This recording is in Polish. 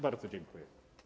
Bardzo dziękuję.